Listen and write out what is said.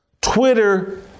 Twitter